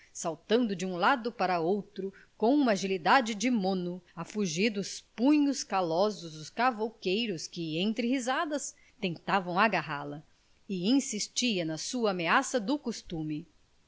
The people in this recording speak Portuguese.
saltando de um lado para outro com uma agilidade de mono a fugir dos punhos calosos dos cavouqueiros que entre risadas tentavam agarrá-la e insistia na sua ameaça do costume